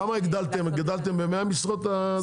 בכמה משרות הגדלתם?